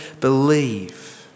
believe